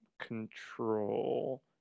control